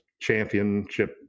championship